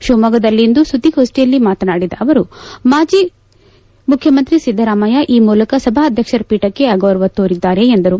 ಶಿವಮೊಗ್ಗದಲ್ಲಿಂದು ಸುದ್ದಿಗೋಷ್ಠಿಯಲ್ಲಿ ಮಾತನಾಡಿದ ಅವರು ಮಾಜಿ ಸಿಎಂ ಸಿದ್ದರಾಮಯ್ಯ ಈ ಮೂಲಕ ಸಭಾಧ್ಯಕ್ಷರ ಪೀಠಕ್ಕೆ ಅಗೌರವ ತೋರಿದ್ದಾರೆ ಎಂದರು